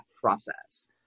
process